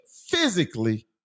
physically